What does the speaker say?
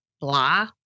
blah